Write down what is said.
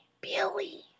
Billy